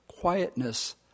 quietness